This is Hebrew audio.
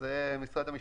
זה משרד המשפטים.